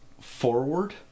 forward